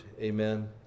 Amen